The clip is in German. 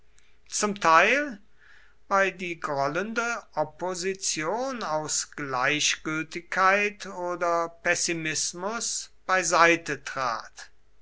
zum teil weil die grollende opposition aus gleichgültigkeit oder pessimismus beiseite trat